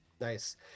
Nice